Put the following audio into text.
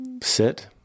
sit